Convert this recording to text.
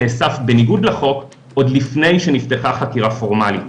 נאסף בניגוד לחוק עוד לפני שנפתחה חקירה פורמלית.